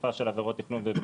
אכיפה של עבירות תכנון ובנייה,